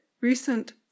Recent